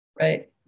Right